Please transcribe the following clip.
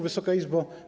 Wysoka Izbo!